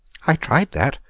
i tried that.